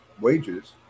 wages